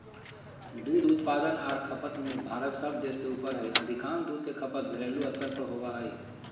दूध उत्पादन आर खपत में भारत सब देश से ऊपर हई अधिकांश दूध के खपत घरेलू स्तर पर होवई हई